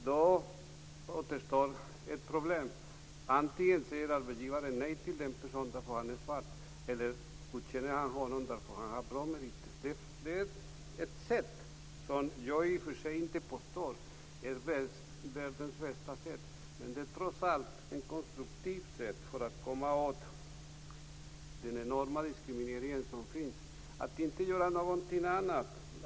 Då återstår ett problem. Antingen säger arbetsgivaren nej till den personen därför att han är svart eller också godkänner han honom därför att han har bra meriter. Detta är ett sätt som jag i och för sig inte påstår är världens bästa sätt. Men det är trots allt ett konstruktivt sätt att komma åt den enorma diskriminering som finns.